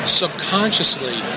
subconsciously